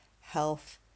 health